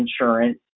insurance